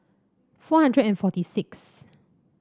four hundred and forty sixth